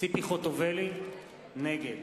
ציפי חוטובלי, נגד